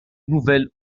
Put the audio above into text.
nouvelle